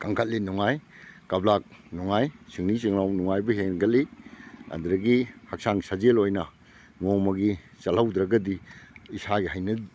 ꯀꯟꯈꯠꯂꯤ ꯅꯨꯡꯉꯥꯏ ꯀꯞꯂꯥꯛ ꯅꯨꯡꯉꯥꯏ ꯁꯤꯡꯂꯤ ꯁꯤꯡꯅꯥꯎ ꯅꯨꯡꯉꯥꯏꯕ ꯍꯦꯟꯒꯠꯂꯤ ꯑꯗꯨꯒꯗꯤ ꯍꯛꯆꯥꯡ ꯁꯖꯦꯜ ꯑꯣꯏꯅ ꯅꯣꯡꯃꯒꯤ ꯆꯠꯍꯧꯗ꯭ꯔꯒꯗꯤ ꯏꯁꯥꯒꯤ